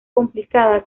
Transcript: complicada